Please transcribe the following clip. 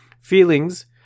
Feelings